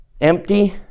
empty